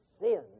sin